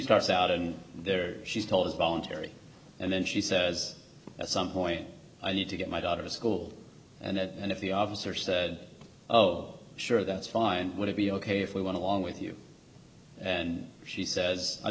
starts out and there she's told is voluntary and then she says at some point i need to get my daughter to school and if the officer said oh sure that's fine would it be ok if we want to long with you and she says i